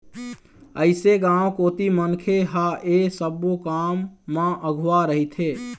अइसे गाँव कोती मनखे ह ऐ सब्बो काम म अघुवा रहिथे